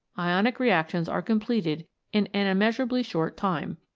ionic reactions are completed in an immeasurably short time,